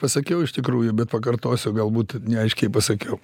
pasakiau iš tikrųjų bet pakartosiu galbūt neaiškiai pasakiau